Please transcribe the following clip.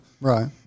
Right